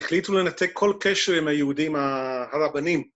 החליטו לנתק כל קשר עם היהודים הרבנים.